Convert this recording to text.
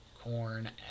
corn